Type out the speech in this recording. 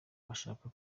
bashaka